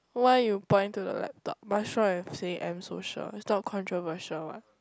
why you point to the laptop what's wrong with saying M Social it's not controversial what